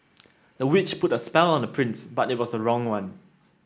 the witch put a spell on the prince but it was the wrong one